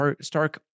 stark